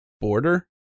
border